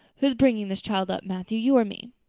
who's bringing this child up, matthew, you or me?